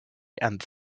and